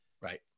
Right